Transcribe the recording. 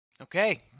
Okay